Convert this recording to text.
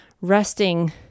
resting